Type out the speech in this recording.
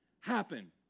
happen